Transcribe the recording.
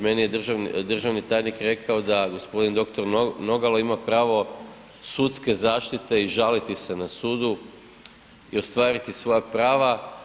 Meni je državni tajnik rekao da g. dr. Nogalo ima pravo sudske zaštite i žaliti se na sudu i ostvariti svoja prava.